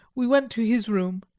we went to his room,